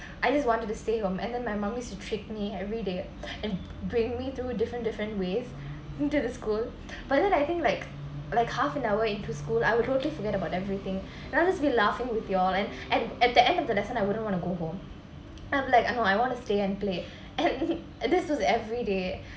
I just wanted to stay home and then my mum used to trick me everyday and bring me to different different ways into the school but then I think like like half an hour into school I would totally forget about everything then I just be laughing with y'all and and at the end of the lesson I wouldn't want to go home I'm like oh I want to stay and play and that was everyday